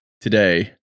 today